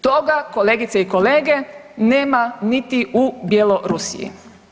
Toga kolegice i kolege nema niti u Bjelorusiji.